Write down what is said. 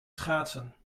schaatsen